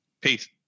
Peace